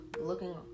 looking